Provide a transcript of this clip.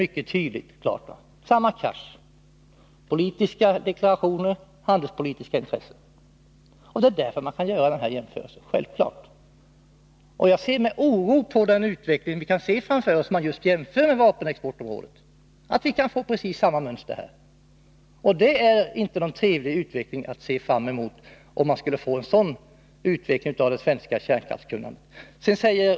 Det är samma kollision mellan politiska deklarationer och handelspolitiska intressen. Det är självfallet därför man kan göra en jämförelse. Jag ser med oro att vi riskerar att utvecklingen på det här området följer precis samma mönster som utvecklingen på vapenexportområdet. Det är inte någon trevlig utveckling av det svenska kärnkraftskunnandet!